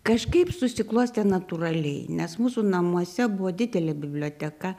kažkaip susiklostė natūraliai nes mūsų namuose buvo didelė biblioteka